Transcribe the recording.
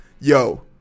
yo